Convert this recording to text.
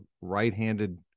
right-handed